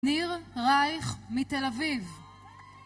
ניר רייך מתל אביב